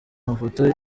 amafoto